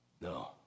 no